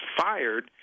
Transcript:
fired